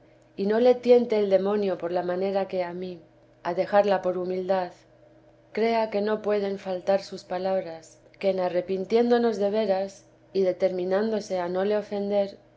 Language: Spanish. y no le tiente el demonio por la manera que a mí a dejarla por humildad crea que no pueden faltar sus palabras que en arrepintiéndonos de veras y determinándose a no le ofender